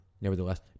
nevertheless